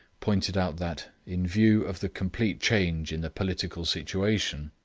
pointed out that, in view of the complete change in the political situation,